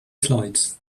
slides